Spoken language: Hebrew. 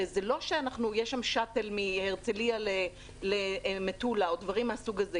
הרי זה לא שיש שם שאטל מהרצליה למטולה או דברים מהסוג הזה.